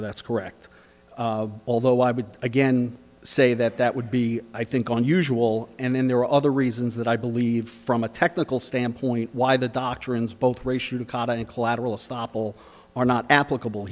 honor that's correct although i would again say that that would be i think on usual and then there are other reasons that i believe from a technical standpoint why the doctrines both ration card and collateral estoppel are not applicable